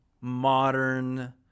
modern